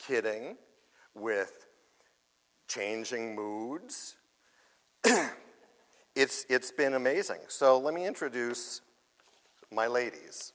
kidding with changing moods it's been amazing so let me introduce my ladies